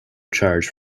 charge